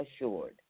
assured